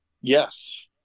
Yes